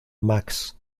max